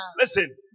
Listen